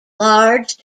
large